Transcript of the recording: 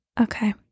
Okay